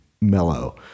mellow